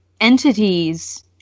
entities